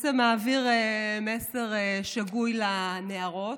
זה מעביר מסר שגוי לנערות.